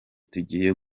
tugiye